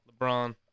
LeBron